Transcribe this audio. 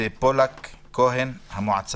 בוקר טוב, חשוב לי